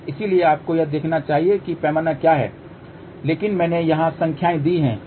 इसलिए आपको यह देखना चाहिए कि पैमाना क्या है लेकिन मैंने यहां संख्याएँ दी हैं